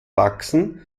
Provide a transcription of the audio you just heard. wachsen